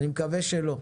אני מקווה שלא,